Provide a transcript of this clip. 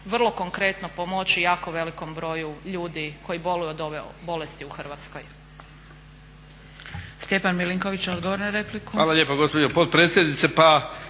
vrlo konkretno pomoći jako velikom broju ljudi koji boluju od ove bolesti u Hrvatskoj.